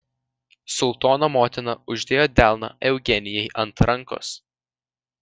sultono motina uždėjo delną eugenijai ant rankos